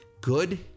Good